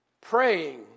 praying